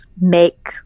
make